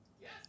Yes